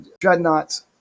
dreadnoughts